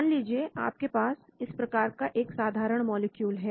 मान लीजिए आपके पास इस प्रकार का एक साधारण मॉलिक्यूल है